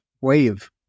wave